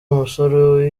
umusore